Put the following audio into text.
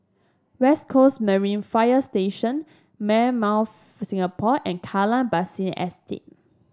West Coast Marine Fire Station Singapore and Kallang Basin Estate